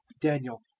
Daniel